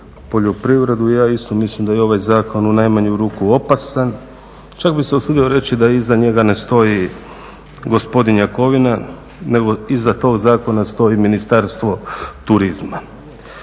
poljoprivredu ja isto mislim da je ovaj zakon u najmanju ruku opasan, čak bi se usudio reći da iza njega ne stoji gospodin Jakovina nego iza tog zakona stoji Ministarstvo turizma.